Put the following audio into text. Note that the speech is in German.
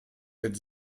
mit